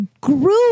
grew